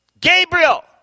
Gabriel